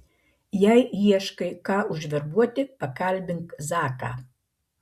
jei ieškai ką užverbuoti pakalbink zaką